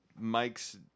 Mike's